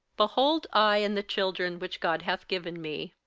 behold i and the children which god hath given me.